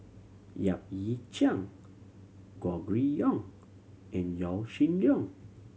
Yap Ee Chian Gregory Yong and Yaw Shin Leong